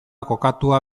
kokatua